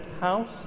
house